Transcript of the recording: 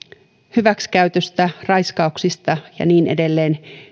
hyväksikäytöstä raiskauksista ja niin edelleen